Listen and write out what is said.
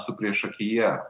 su priešakyje